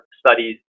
studies